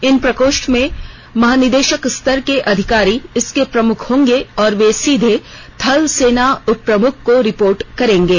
इन प्रकोष्ठ में महानिदेशक स्तर के अधिकारी इसके प्रमुख होंगे और वे सीधे थल सेना उप प्रमुख को रिपोर्ट करेंगे